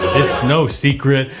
no secret.